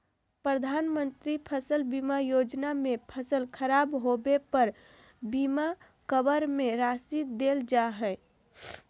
प्रधानमंत्री फसल बीमा योजना में फसल खराब होबे पर बीमा कवर में राशि देल जा हइ